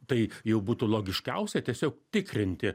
tai jau būtų logiškiausia tiesiog tikrinti